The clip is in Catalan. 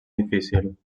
difícil